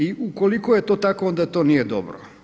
I ukoliko je to tako onda to nije dobro.